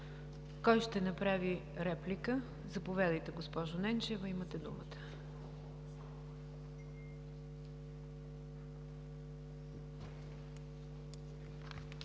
Кой ще направи реплика? Заповядайте, госпожо Ненчева, имате думата.